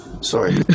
Sorry